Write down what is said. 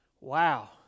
Wow